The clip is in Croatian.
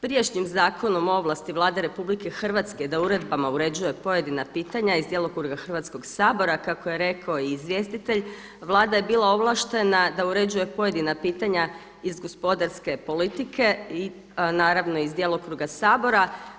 Prijašnjim Zakonom o ovlasti Vlade Republike Hrvatske da uredbama uređuje pojedina pitanja iz djelokruga Hrvatskog sabora kako je rekao i izvjestitelj Vlada je bila ovlaštena da uređuje pojedina pitanja iz gospodarske politike i naravno iz djelokruga Sabora.